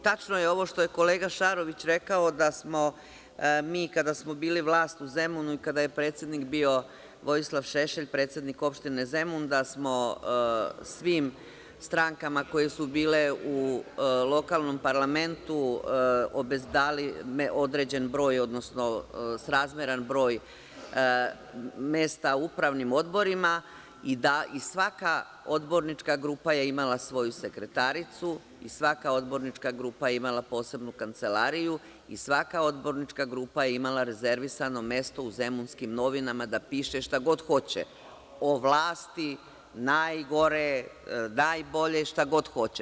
Tačno je ovo što je kolega Šarović rekao da smo mi kada smo bili vlast u Zemunu i kada je predsednik bio Vojislav Šešelj, predsednik Opštine Zemun, da smo svim strankama koje su bile u lokalnom parlamentu dali određen broj, srazmeran broj mesta u upravnim odborima i svaka odbornička grupa je imala svoju sekretaricu, i svaka odbornička grupa je imala posebnu kancelariju i svaka odbornička grupa je imala rezervisano mestu u Zemunskim novinama da piše šta god hoće o vlasti najgore, najbolje, šta god hoće.